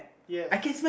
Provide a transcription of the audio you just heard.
yes